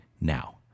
now